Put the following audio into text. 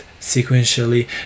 sequentially